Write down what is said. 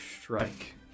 strike